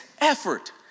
effort